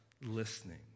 listening